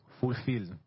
fulfilled